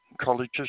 colleges